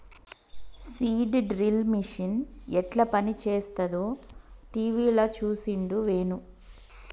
seed drill machine యెట్ల పనిచేస్తదో టీవీల చూసిండు వేణు